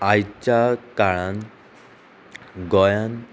आयच्या काळान गोंयान